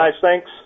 Thanks